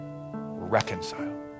reconcile